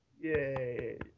Yay